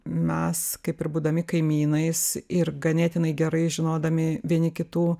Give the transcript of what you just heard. mes kaip ir būdami kaimynais ir ganėtinai gerai žinodami vieni kitų